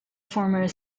former